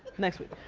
next week.